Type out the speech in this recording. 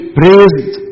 praised